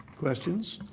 questions?